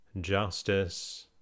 justice